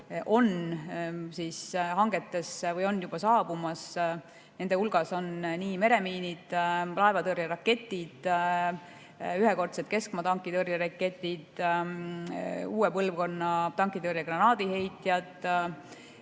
on hangetes või juba saabumas, nende hulgas on meremiinid, laevatõrjeraketid, ühekordsed keskmaa tankitõrjeraketid, uue põlvkonna tankitõrje granaadiheitjad.